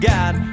God